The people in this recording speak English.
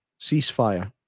ceasefire